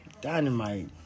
Dynamite